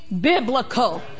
biblical